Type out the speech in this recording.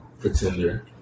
Pretender